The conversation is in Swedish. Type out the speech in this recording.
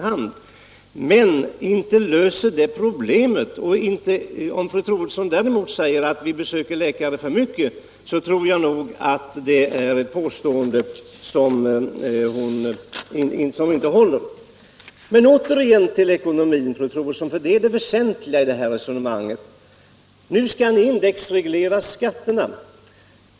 Men inte löser det problemet! Om fru Troedsson säger att vi besöker läkare i onödan tror jag att det är ett påstående som inte håller. Återigen till ekonomin, fru Troedsson, för den är det väsentligaste i det här resonemanget. Nu skall ni indexreglera skatterna.